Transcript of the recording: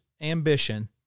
ambition